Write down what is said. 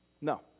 no